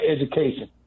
education